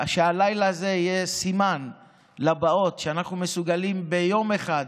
שהלילה הזה יהיה סימן לבאות שאנחנו מסוגלים ביום אחד,